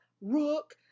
rook